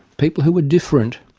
people who were different.